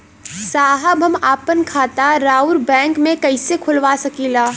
साहब हम आपन खाता राउर बैंक में कैसे खोलवा सकीला?